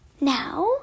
Now